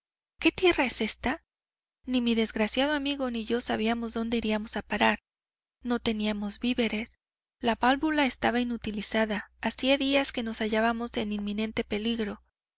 que tierra es esta ni mi desgraciado amigo ni yo sabíamos dónde iríamos a parar no teníamos víveres la válvula estaba inutilizada hacía días que nos hallábamos en inminente peligro